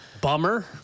bummer